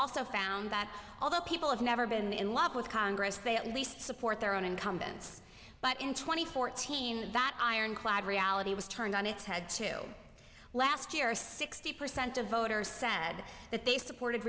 also found that although people have never been in love with congress they at least support their own incumbents but in two thousand and fourteen that iron clad reality was turned on its head to last year sixty percent of voters said that they supported